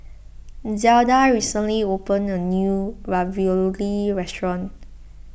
Zelda recently opened a new Ravioli restaurant